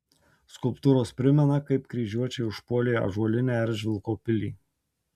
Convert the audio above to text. skulptūros primena kaip kryžiuočiai užpuolė ąžuolinę eržvilko pilį